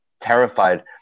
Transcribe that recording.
terrified